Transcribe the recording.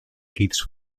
kids